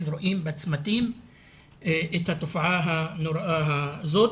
רואים בצמתים את התופעה הנוראה הזאת.